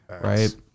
right